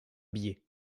billet